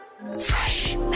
Fresh